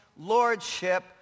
lordship